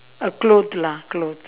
a clothes lah clothes